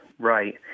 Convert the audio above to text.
Right